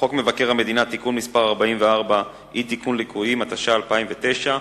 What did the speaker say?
(תיקון, אי-תיקון ליקויים), התשס"ט 2009,